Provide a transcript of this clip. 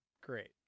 Great